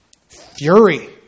fury